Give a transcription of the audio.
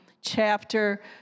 chapter